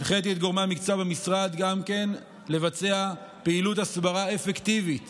הנחיתי את גורמי המקצוע במשרד גם לבצע פעילות הסברה אפקטיבית